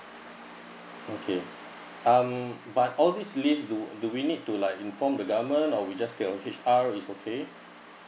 okay um but obviously do do we need to like inform the government or we just get to H_R is okay